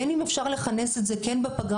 בין אם אפשר לכנס את זה כן בפגרה,